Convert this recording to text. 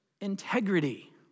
integrity